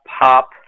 pop